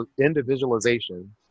individualization